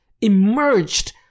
emerged